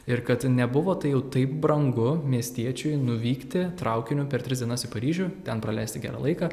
ir kad nebuvo tai jau taip brangu miestiečiui nuvykti traukiniu per tris dienas į paryžių ten praleisti gerą laiką